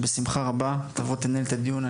בשמחה רבה תבוא ותנהל את הדיון.